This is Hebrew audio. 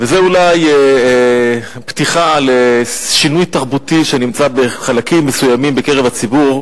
זה אולי פתיחה לשינוי תרבותי שנמצא בחלקים מסוימים בקרב הציבור,